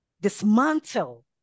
dismantle